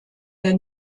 der